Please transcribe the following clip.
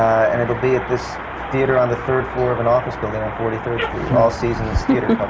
and it'll be at this theatre on the third floor of an office building on forty third street, and all seasons theatre